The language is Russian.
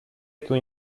эту